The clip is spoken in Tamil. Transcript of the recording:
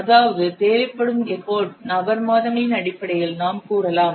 அதாவது தேவைப்படும் எஃபர்ட் நபர் மாதங்கள் அடிப்படையில் நாம் கூறலாம்